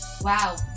wow